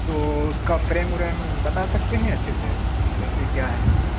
تو اس کا فریم وریم بتا سکتے ہیں اچھے سے کیسے کیا ہے